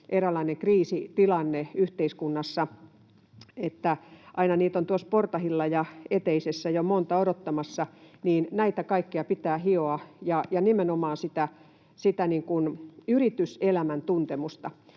eräänlainen kriisitilanne yhteiskunnassa, eli aina niitä on portailla ja eteisessä jo monta odottamassa, niin näitä kaikkia pitää hioa ja nimenomaan sitä yrityselämän tuntemusta.